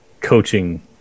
coaching